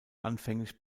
anfänglich